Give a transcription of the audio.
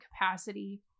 capacity